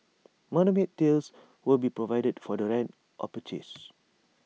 tails will be provided for the rent or purchase